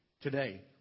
today